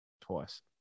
Twice